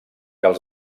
els